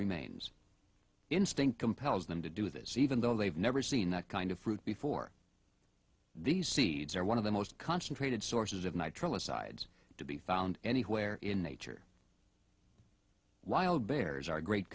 remains instinct compels them to do this even though they've never seen that kind of fruit before these seeds are one of the most concentrated sources of nitrile asides to be found anywhere in nature wild bears are great